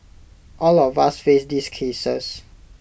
all of us face these cases